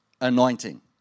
anointing